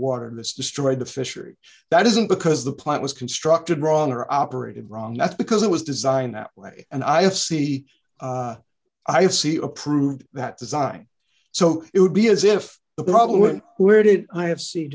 and this destroyed the fishery that isn't because the plant was constructed wrong or operated wrong that's because it was designed that way and i see i see approved that design so it would be as if the public who heard it i have see